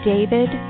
David